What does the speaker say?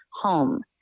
home